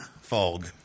fog